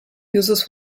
users